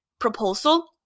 proposal